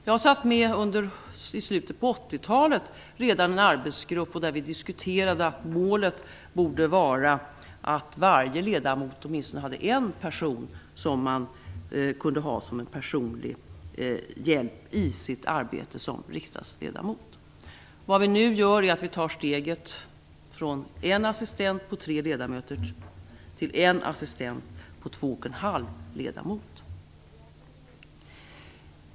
Jag satt redan under slutet på 80-talet med i en arbetsgrupp där vi diskuterade att målet borde vara att varje ledamot åtminstone hade en person som man kunde ha som en personlig hjälp i sitt arbete som riksdagsledamot. Var vi nu gör är att vi tar steget från en assistent på tre ledamöter till en assistent på två och en halv ledamot.